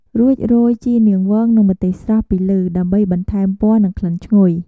រួចរោយ ជីនាងវង និង ម្ទេសស្រស់ ពីលើ ដើម្បីបន្ថែមពណ៌ និងក្លិនឈ្ងុយ។